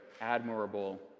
admirable